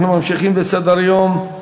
אנחנו ממשיכים בסדר-היום.